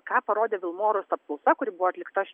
ką parodė vilmorus apklausa kuri buvo atlikta